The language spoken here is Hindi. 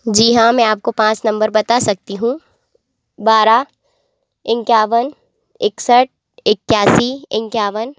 जी हाँ मैं आपको पाँच नंबर बता सकती हूँ बारह इक्यावन एकसठ इक्यासी इक्यावन